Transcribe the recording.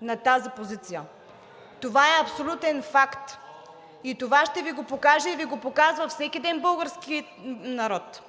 на тази позиция. Това е абсолютен факт и това ще Ви го покаже и го показва всеки ден българският народ.